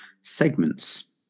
segments